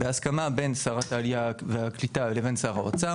בהסכמה בין שרת העלייה והקליטה לבין שר האוצר